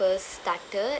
first started